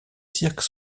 cirques